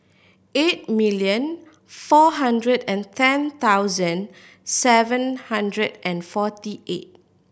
eight million four hundred and ten thousand seven hundred and forty eight